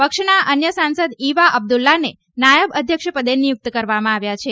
પક્ષના અન્ય સાંસદ ઇવા અબ્દુલ્લાને નાયબ અધ્યક્ષપદે નિયુક્ત કરવામાં આવ્યા છે